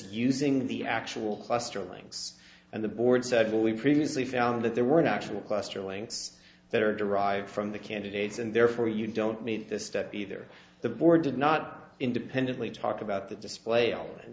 using the actual cluster of links and the board said well we previously found that there were no actual cluster links that are derived from the candidates and therefore you don't meet this step either the board did not independently talk about the display